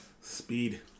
speed